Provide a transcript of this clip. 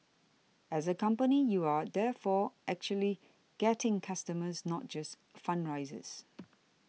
as a company you are therefore actually getting customers not just fundraisers